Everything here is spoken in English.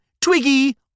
Twiggy